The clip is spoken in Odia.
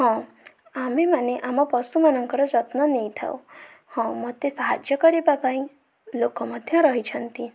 ହଁ ଆମେମାନେ ଆମ ପଶୁମାନଙ୍କର ଯତ୍ନ ନେଇଥାଉ ହଁ ମୋତେ ସହାଯ୍ୟ କରିବାପାଇଁ ଲୋକ ମଧ୍ୟ ରହିଛନ୍ତି